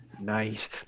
Nice